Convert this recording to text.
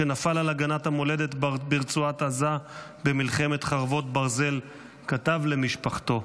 שנפל על הגנת המולדת ברצועת עזה במלחמת חרבות ברזל כתב למשפחתו: